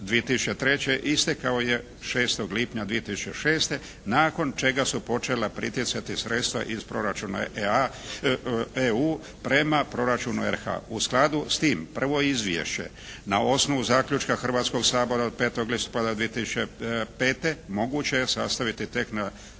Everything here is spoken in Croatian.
2003. istekao je 6. lipnja 2006. nakon čega su počela pritjecati sredstva iz proračuna EU prema proračunu RH. U skladu s tim prvo izvješće na osnovu zaključka Hrvatskog sabora o 5. listopada 2005. moguće je sastaviti tek za